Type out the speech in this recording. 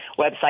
website